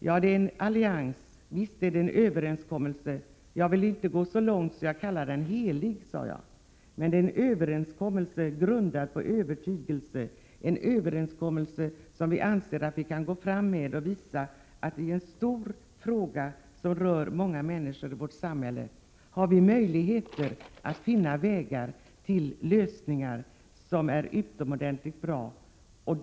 Ja, det är en allians, en överenskommelse. Jag vill dock inte gå så långt att jag kallar den för ohelig, sade jag. Det är en överenskommelse grundad på övertygelse, en överenskommelse i vilken vi anser att vi kan redovisa att vi har möjligheter att finna lösningar på de stora frågor som rör många människor i vårt samhälle, lösningar som är utomordentligt goda.